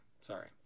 Sorry